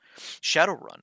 Shadowrun